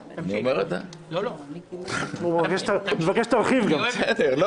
הוא מבקש שתרחיב גם.